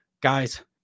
guys